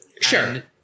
Sure